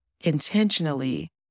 intentionally